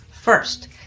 First